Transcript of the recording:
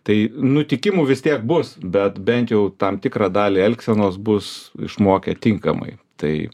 tai nutikimų vis tiek bus bet bent jau tam tikrą dalį elgsenos bus išmokę tinkamai tai